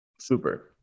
Super